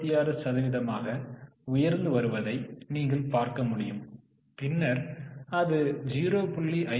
36 சதவீதமாக உயர்ந்து வருவதை நீங்கள் பார்க்க முடியும் பின்னர் அது 0